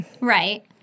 Right